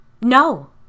No